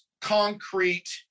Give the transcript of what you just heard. concrete